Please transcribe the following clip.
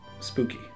Spooky